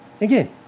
Again